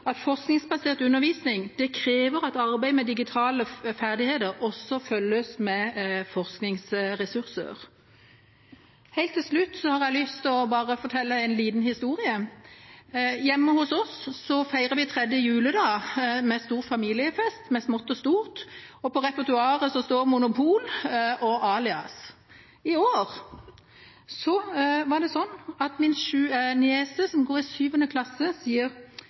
at forskningsbasert undervisning krever at arbeid med digitale ferdigheter også følges av forskningsressurser. Helt til slutt har jeg lyst til bare å fortelle en liten historie. Hjemme hos oss feirer vi tredje juledag med stor familiefest, med smått og stort, og på repertoaret står Monopol og Alias. I år var det sånn at min niese, som går i sjuende klasse,